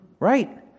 Right